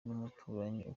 n’umuturanyi